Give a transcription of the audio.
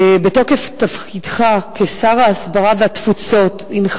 בתוקף תפקידך כשר ההסברה והתפוצות הינך